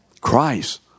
Christ